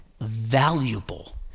valuable